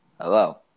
Hello